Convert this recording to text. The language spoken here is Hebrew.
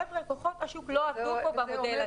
חבר'ה, כוחות השוק לא עבדו במודל הזה.